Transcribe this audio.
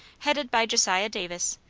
headed by josiah davis,